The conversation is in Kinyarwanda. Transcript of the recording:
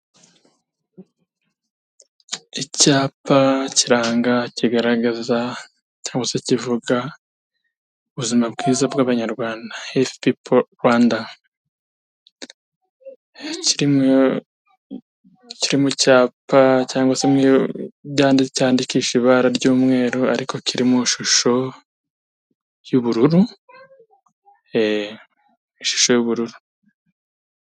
Icyapa kiranga kigaragaza cyangwa se kivuga ubuzima bwiza bw'abanyarwanda. Herifu Pipo Rwanda, kiri mu cyapa cyangwa se byanditse cyandikisha ibara ry'umweru ariko kiri mu ishusho yubururu eee ishusho y'ubururu.